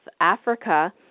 Africa